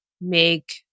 make